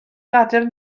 gadael